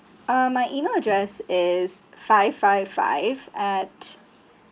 uh my email address is five five five at